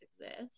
exist